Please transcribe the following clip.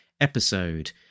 episode